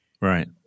Right